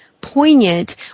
poignant